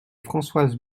françoise